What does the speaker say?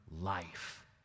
life